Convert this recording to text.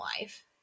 life